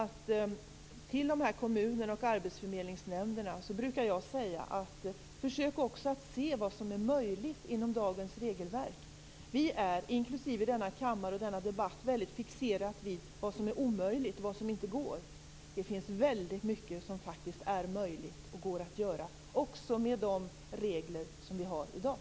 Till de här kommunerna och arbetsförmedlingsnämnderna brukar jag säga: Försök också att se vad som är möjligt inom dagens regelverk! Vi är, inklusive denna kammare och denna debatt, väldigt fixerade vid vad som är omöjligt, vad som inte går. Det finns väldigt mycket som faktiskt är möjligt och som går att göra också med de regler som vi har i dag.